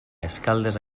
escaldes